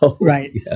right